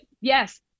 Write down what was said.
yes